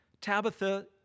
Tabitha